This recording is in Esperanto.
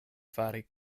fari